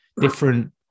different